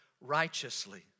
righteously